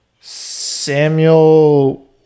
Samuel